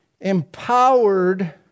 empowered